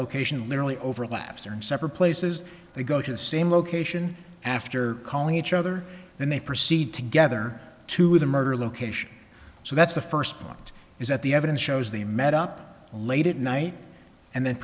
location literally overlaps or in separate places they go to the same location after calling each other then they proceed together to the murder location so that's the first point is that the evidence shows they met up late at night and then